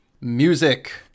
Music